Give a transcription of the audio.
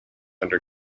under